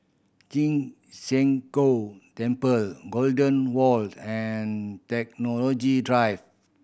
Ci Zheng Gong Temple Golden Walk and Technology Drive